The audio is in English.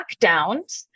lockdowns